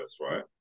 right